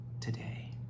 today